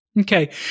Okay